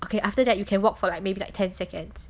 okay after that you can work for like maybe like ten seconds